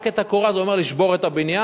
רק את הקורה, זה אומר לשבור את הבניין.